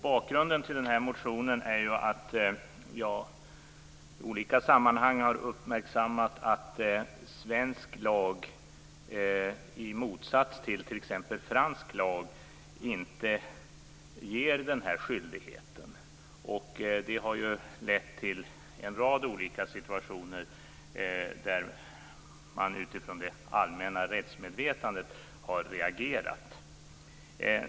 Bakgrunden till motionen är att jag i olika sammanhang har uppmärksammat att svensk lag, i motsats till t.ex. fransk lag, inte ger den här skyldigheten. Detta har lett till en rad olika situationer där man har reagerat utifrån det allmänna rättsmedvetandet.